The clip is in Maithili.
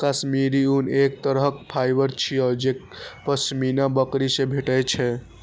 काश्मीरी ऊन एक तरहक फाइबर छियै जे पश्मीना बकरी सं भेटै छै